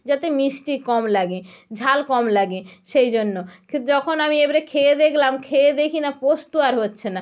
যাতে মিষ্টি কম লাগে ঝাল কম লাগে সেই জন্য যখন আমি এবারে খেয়ে দেখলাম খেয়ে দেখি না পোস্ত আর হচ্ছে না